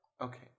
Okay